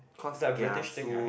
it's a British thing right